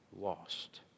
lost